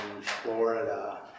Florida